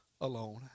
Alone